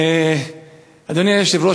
אדוני היושב-ראש,